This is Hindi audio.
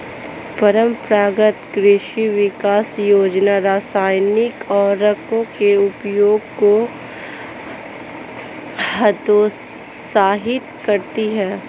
परम्परागत कृषि विकास योजना रासायनिक उर्वरकों के उपयोग को हतोत्साहित करती है